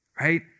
right